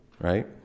right